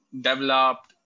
developed